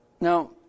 Now